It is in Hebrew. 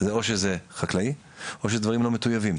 או שזה חקלאי או שזה דברים לא מטוייבים.